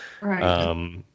Right